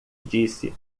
disse